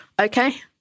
okay